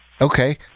Okay